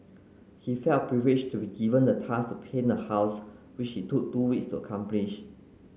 he felt privileged to be given the task to paint the house which he took two weeks to accomplish